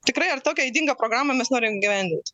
tikrai ar tokią ydingą programą mes norim įgyvendint